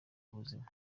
ubuzima